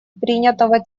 принятого